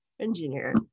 engineer